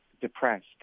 depressed